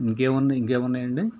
ఇంకేమునాయి ఇంకేమున్నాయండి